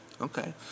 Okay